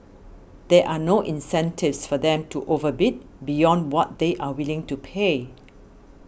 there are no incentives for them to overbid beyond what they are willing to pay